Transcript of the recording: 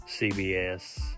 CBS